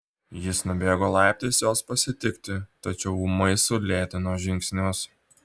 jis nubėgo laiptais jos pasitikti tačiau ūmai sulėtino žingsnius